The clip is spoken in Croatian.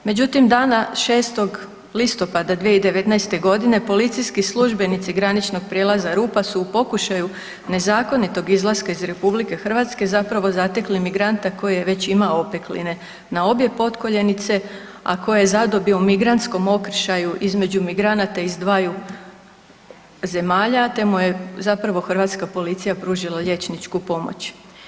Međutim, dana 6. listopada 2019. godine policijski službenici graničnog prijelaza Rupa su u pokušaju nezakonitog izlaska iz RH zapravo zatekli migranta koji je već imao opekline na obje potkoljenice, a koje je zadobio u migrantskom okršaju između migranata iz dvaju zemalja te mu je zapravo hrvatska policija pružila liječničku pomoć.